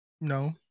No